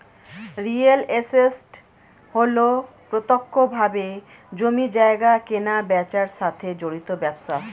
real estate হল প্রত্যক্ষভাবে জমি জায়গা কেনাবেচার সাথে জড়িত ব্যবসা